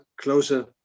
closer